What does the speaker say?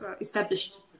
established